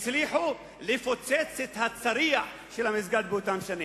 הצליחו לפוצץ את הצריח של המסגד באותן שנים.